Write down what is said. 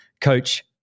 coach